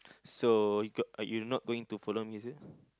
so you got you not going to follow me is it